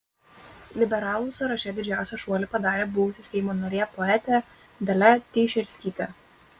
liberalų sąraše didžiausią šuolį padarė buvusi seimo narė poetė dalia teišerskytė